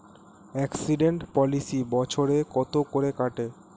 Accident policy বছরে কত করে কাটে?